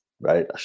right